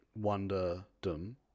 Wonderdom